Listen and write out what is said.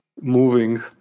moving